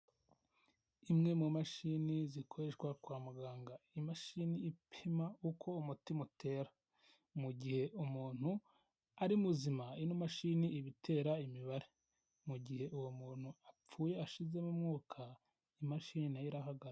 Imwe mu mashini zikoreshwa kwa muganga imashini ipima uko umutima utera, mu gihe umuntu ari muzima ino imashini ibitera imibare mu gihe uwo muntu apfuye ashizemo umwuka imashini nayo irahagaze.